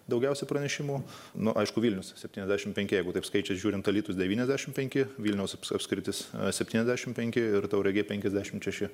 daugiausia pranešimų nu aišku vilnius septyniasdešim penki jeigu taip skaičius žiūrint alytus devyniasdešim penki vilniaus apskritis septyniasdešim penki ir tauragė penkiasdešimt šeši